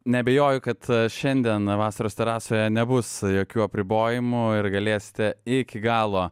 neabejoju kad šiandien vasaros terasoje nebus jokių apribojimų ir galėsite iki galo